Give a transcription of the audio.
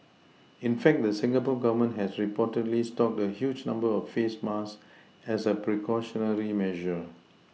in fact the Singapore Government has reportedly stocked a huge number of face masks as a precautionary measure